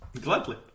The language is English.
Gladly